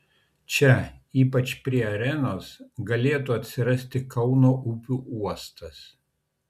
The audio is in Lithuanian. čia ypač prie arenos galėtų atsirasti kauno upių uostas